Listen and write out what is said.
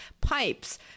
pipes